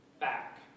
back